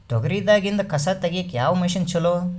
ತೊಗರಿ ದಾಗಿಂದ ಕಸಾ ತಗಿಯಕ ಯಾವ ಮಷಿನ್ ಚಲೋ?